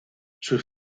sus